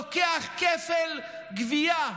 לוקח כפל גבייה.